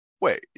Wait